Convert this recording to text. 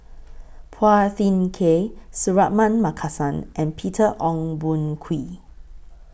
Phua Thin Kiay Suratman Markasan and Peter Ong Boon Kwee